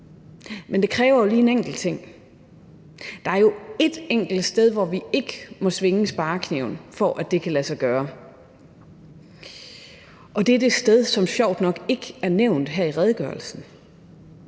Men det kræver lige en enkelt ting. Der er jo et enkelt område, hvor vi ikke må svinge sparekniven, for at det kan lade sig gøre, og det er det område, som sjovt nok ikke er nævnt her i redegørelsen: